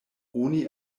oni